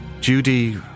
Judy